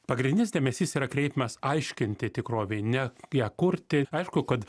pagrindinis dėmesys yra kreipiamas aiškinti tikrovei ne ją kurti aišku kad